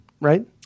right